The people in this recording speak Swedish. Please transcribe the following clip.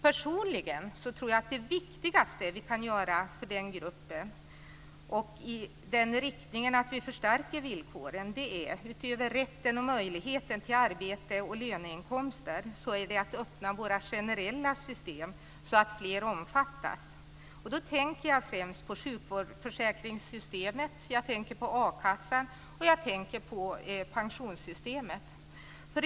Personligen tror jag att det viktigaste vi kan göra för den gruppen för att förstärka villkoren är, utöver rätten och möjligheten till arbete och löneinkomster, att öppna våra generella system så att fler omfattas. Jag tänker då främst på sjukförsäkringssystemet, a-kassan och pensionssystemet.